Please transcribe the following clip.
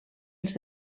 els